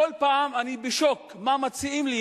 כל פעם אני בשוק ממה שמציעים לי.